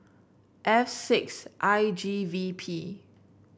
F six I G V P